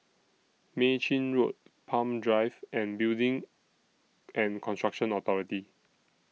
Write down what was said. Mei Chin Road Palm Drive and Building and Construction Authority